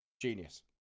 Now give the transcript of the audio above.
genius